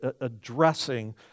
addressing